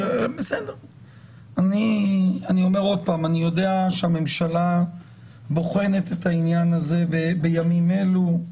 אני אומר שוב שאני יודע שהממשלה בוחנת את העניין הזה בימים אלה.